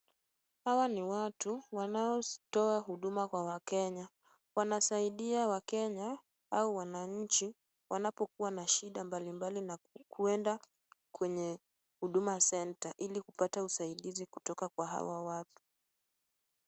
Hawa ni watu wanaotoa huduma kwa wakenya. Wanasaidia wakenya au wananchi wanapokuwa na shida mbalimbali na kwenda kwenye Huduma Center , ili kupata usaidizi kutoka kwa hawa watu.